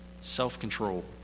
self-control